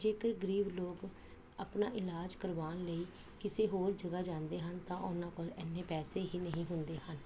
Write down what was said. ਜੇਕਰ ਗਰੀਬ ਲੋਕ ਆਪਣਾ ਇਲਾਜ ਕਰਵਾਉਣ ਲਈ ਕਿਸੇ ਹੋਰ ਜਗ੍ਹਾ ਜਾਂਦੇ ਹਨ ਤਾਂ ਉਹਨਾਂ ਕੋਲ ਐਨੇ ਪੈਸੇ ਹੀ ਨਹੀਂ ਹੁੰਦੇ ਹਨ